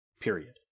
Period